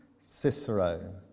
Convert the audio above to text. Cicero